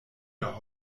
der